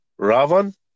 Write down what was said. Ravan